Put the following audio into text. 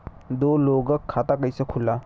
दो लोगक खाता कइसे खुल्ला?